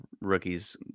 rookies